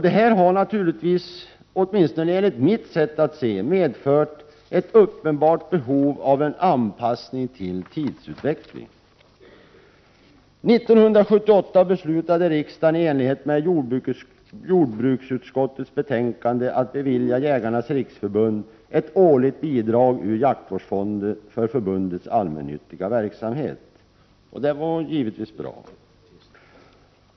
Detta har naturligtvis, åtminstone enligt mitt sätt att se, medfört ett uppenbart behov av anpassning till tidsutvecklingen. 1978 beslutade riksdagen i enlighet med jordbruksutskottets betänkande att bevilja Jägarnas riksförbund ett årligt bidrag ur jaktvårdsfonden för förbundets allmännyttiga verksamhet. Det var givetvis bra.